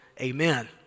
amen